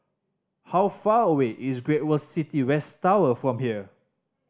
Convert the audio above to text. how far away is Great World City West Tower from here